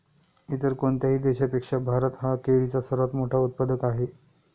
इतर कोणत्याही देशापेक्षा भारत हा केळीचा सर्वात मोठा उत्पादक आहे